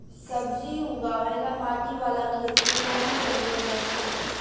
सब्जी उगावे ला माटी वाला खेत के कवनो जरूरत नइखे